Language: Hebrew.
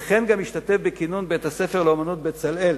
וכן השתתף בכינון בית-הספר לאמנות "בצלאל"